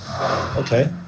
Okay